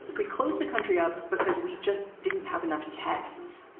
we closed the country up because we just didn't have enough tests.